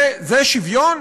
זה שוויון?